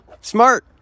smart